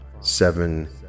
seven